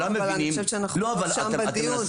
אני חושבת שאנחנו לא שם בדיון.